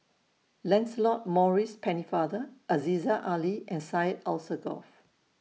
Lancelot Maurice Pennefather Aziza Ali and Syed Alsagoff